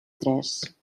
tres